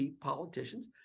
politicians